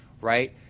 right